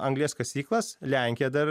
anglies kasyklas lenkija dar